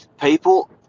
people